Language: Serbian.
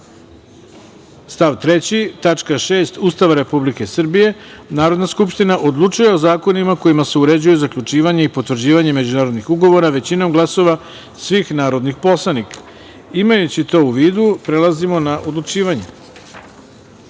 stav 3. tačka 6. Ustava Republike Srbije, Narodna skupština odlučuje o zakonima kojima se uređuje zaključivanje i potvrđivanje međunarodnih ugovora većinom glasova svih narodnih poslanika. Imajući to u vidu prelazimo na odlučivanje. Tačka